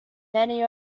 many